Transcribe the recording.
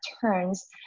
turns